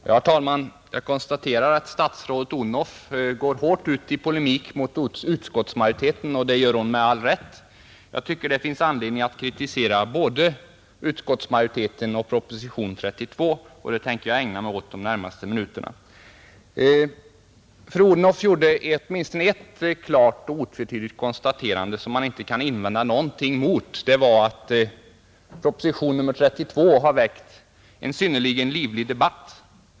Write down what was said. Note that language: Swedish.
Herr talman! Jag konstaterar att statsrådet Odhnoff går hårt ut i polemik mot utskottsmajoriteten. Det gör hon med all rätt. Jag tycker det finns anledning att kritisera både utskottsmajoriteten och propositionen nr 32 och det tänker jag ägna mig åt de närmaste minuterna. Statsrådet Odhnoff gjorde åtminstone ett klart och otvetydigt konstaterande som man inte kan invända någonting emot. Det var att propositionen nr 32 väckt en synnerligen livlig debatt.